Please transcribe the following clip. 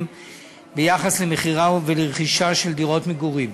ביחס למכירה ולרכישה של דירות מגורים.